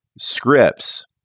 scripts